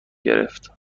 گرفت